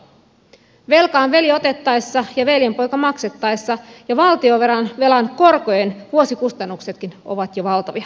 velka on veli otettaessa ja veljenpoika maksettaessa ja valtionvelan korkojen vuosikustannuksetkin ovat jo valtavia